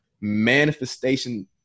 manifestation